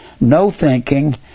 no-thinking